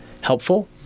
helpful